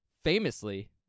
famously